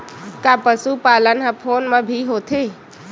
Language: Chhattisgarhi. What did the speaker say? का पशुपालन ह फोन म भी होथे?